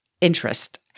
interest